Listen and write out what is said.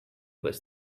was